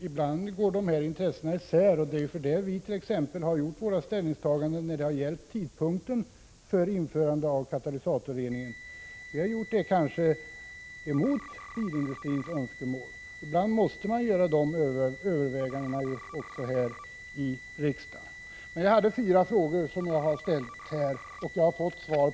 Ibland går dessa intressen isär, och det är därför vi har gjort våra ställningstaganden t.ex. när det har gällt tidpunkten för införande av katalysatorrening. Vi har då kanske ibland gått emot bilindustrins önskemål, men sådana överväganden måste emellanåt göras också här i riksdagen. Jag hade ställt fyra frågor, och jag har fått svar på de flesta.